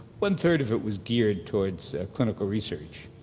one-third of it was geared towards clinical research,